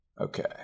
okay